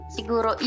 Siguro